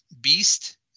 beast